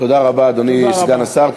תודה רבה, אדוני סגן השר.